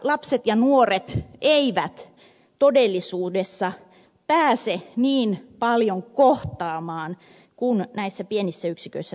lapset ja nuoret eivät todellisuudessa pääse niin paljon kohtaamaan kuin näissä pienissä yksiköissä tapahtuu